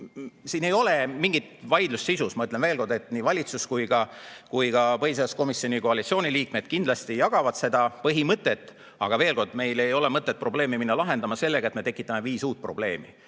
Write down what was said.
siin ei ole mingit vaidlust sisus. Ma ütlen veel kord, et nii valitsus kui ka põhiseaduskomisjoni kuuluvad koalitsiooni liikmed kindlasti jagavad seda põhimõtet. Aga meil ei ole mõtet probleemi minna lahendama nii, et me tekitame viis uut probleemi.